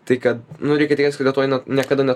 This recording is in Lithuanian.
tai kad nu reikia tikėtis kad lietuvoj ne niekada net